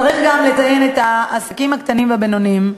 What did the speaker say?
צריך גם לציין את העסקים הקטנים והבינוניים,